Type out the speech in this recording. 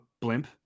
blimp